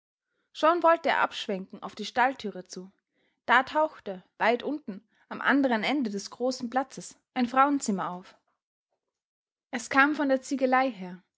schon wollte er abschwenken auf die stalltüre zu da tauchte weit unten am anderen ende des großen platzes ein frauenzimmer auf es kam von der ziegelei her